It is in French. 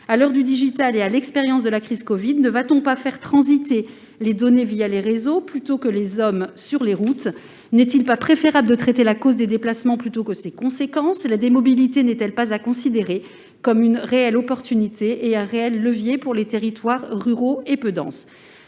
À l'heure du digital et à l'expérience de la crise du covid-19, ne vaut-il pas mieux faire transiter les données les réseaux plutôt que les hommes sur les routes ? N'est-il pas préférable de traiter la cause des déplacements plutôt que leurs conséquences ? La « démobilité » n'est-elle pas à considérer comme un levier de développement pour les territoires ruraux et peu denses ?